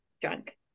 drunk